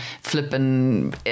flipping